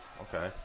Okay